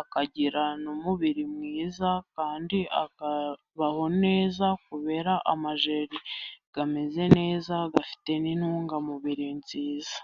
akagira n'umubiri mwiza, kandi akabaho neza, kubera amajeri ameze neza, afite n'intungamubiri nziza.